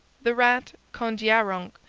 the rat kondiaronk,